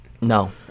No